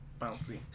bouncy